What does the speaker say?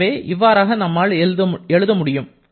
எனவே இவ்வாறாக நம்மால் எழுத முடியும்